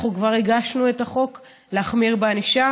אנחנו כבר הגשנו את החוק להחמיר בענישה.